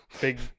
big